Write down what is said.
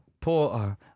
Poor